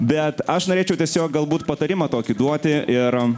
bet aš norėčiau tiesiog galbūt patarimą tokį duoti ir